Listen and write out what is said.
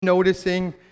noticing